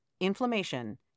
inflammation